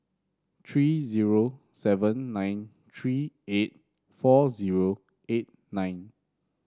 three zero seven nine three eight four zero eight nine